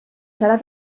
serà